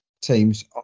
teams